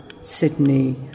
Sydney